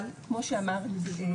אבל כמו שאמרת,